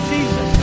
Jesus